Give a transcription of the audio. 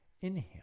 Inhale